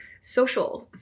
social